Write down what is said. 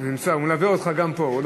הוא נמצא, הוא מלווה אותך גם פה.